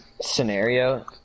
scenario